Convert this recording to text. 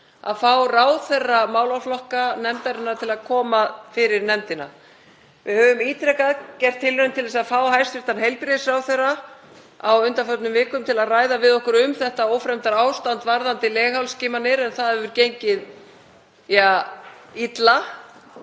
að fá ráðherra málaflokka nefndarinnar til að koma fyrir nefndina. Við höfum ítrekað gert tilraun til að fá hæstv. heilbrigðisráðherra á undanförnum vikum til að ræða við okkur um þetta ófremdarástand varðandi leghálsskimanir, en það hefur gengið illa.